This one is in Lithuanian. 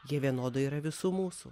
jie vienodai yra visų mūsų